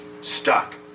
stuck